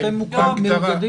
אתם עמותה.